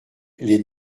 les